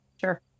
sure